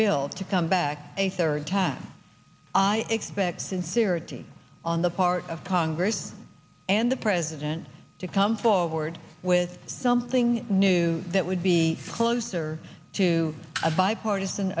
bill to come back a third time i expect sincerity on the part of congress and the president to come forward with something new that would be closer to a bipartisan